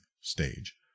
stage